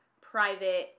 private